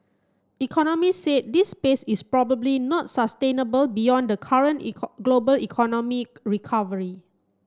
economy said this pace is probably not sustainable beyond the current global economic recovery